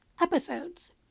episodes